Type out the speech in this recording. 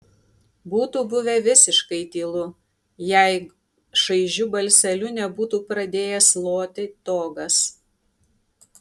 būtų buvę visiškai tylu jei šaižiu balseliu nebūtų pradėjęs loti togas